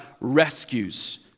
rescues